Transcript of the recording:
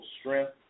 strength